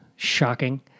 shocking